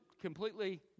completely